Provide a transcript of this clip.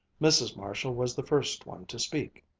mrs. marshall was the first one to speak.